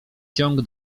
ciąg